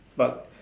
but